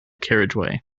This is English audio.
carriageway